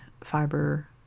Fiber